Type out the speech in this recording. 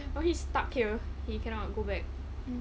or he stuck here you cannot go back